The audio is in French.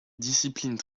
discipline